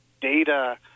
data